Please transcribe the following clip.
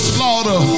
Slaughter